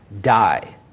die